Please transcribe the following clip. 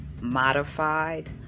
modified